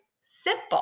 simple